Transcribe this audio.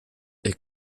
est